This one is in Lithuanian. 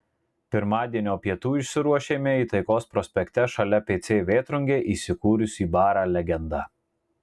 pirmadienio pietų išsiruošėme į taikos prospekte šalia pc vėtrungė įsikūrusį barą legenda